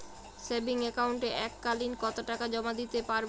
Savings একাউন্টে এক কালিন কতটাকা জমা দিতে পারব?